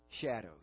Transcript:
shadows